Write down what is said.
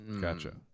gotcha